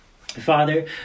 Father